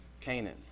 Canaan